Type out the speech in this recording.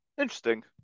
Interesting